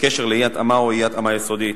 בקשר לאי-התאמה או אי-התאמה יסודית.